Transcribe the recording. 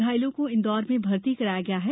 घायलों को इंदौर में भर्ती कराया गया है